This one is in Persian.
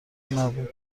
نبود